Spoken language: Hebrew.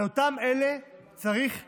על אלה צריך לדבר,